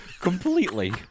completely